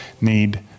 need